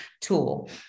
tool